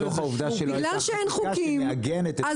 מתוך העובדה שלא הייתה חקיקה שמעגנת את חופש הביטוי וחופש העיתונות.